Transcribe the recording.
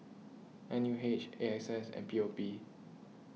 N U H A X S and P O P